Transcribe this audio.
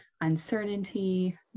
uncertainty